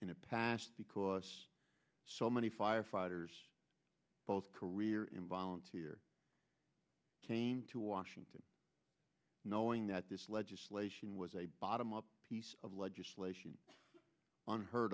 in the past because so many firefighters both career in volunteer came to washington knowing that this legislation was a bottom up piece of legislation on heard